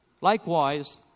Likewise